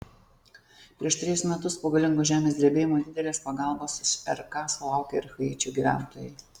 prieš trejus metus po galingo žemės drebėjimo didelės pagalbos iš rk sulaukė ir haičio gyventojai